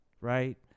Right